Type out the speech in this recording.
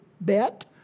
bet